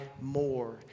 more